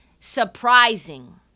surprising